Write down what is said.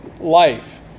life